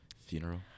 funeral